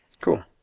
Cool